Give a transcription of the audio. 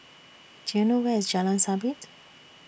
Do YOU know Where IS Jalan Sabit